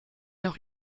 noch